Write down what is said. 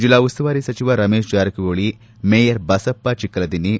ಜಿಲ್ಲಾ ಉಸ್ತುವಾರಿ ಸಚಿವ ರಮೇಶ್ ಜಾರಕಿಹೊಳ ಮೇಯರ್ ಬಸಪ್ಪ ಚಿಕ್ಕಲದಿನ್ನಿ